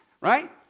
right